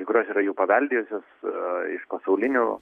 kai kurios yra jų paveldėjusios a iš pasaulinių